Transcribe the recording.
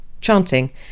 chanting